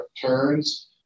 turns